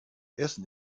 essen